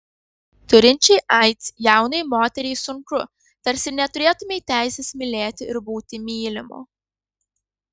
turinčiai aids jaunai moteriai sunku tarsi neturėtumei teisės mylėti ir būti mylimu